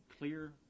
Clear